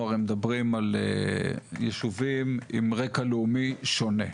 אנחנו הרי מדברים על ישובים עם רקע לאומי שונה.